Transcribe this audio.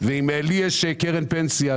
אם לי יש קרן פנסיה,